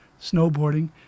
snowboarding